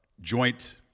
Joint